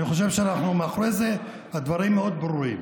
אני חושב שאנחנו אחרי זה ושהדברים מאוד ברורים.